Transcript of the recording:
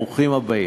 ברוכים הבאים.